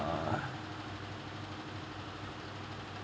err